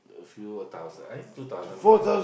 a few a thousand eh two thousand plus